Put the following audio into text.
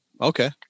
okay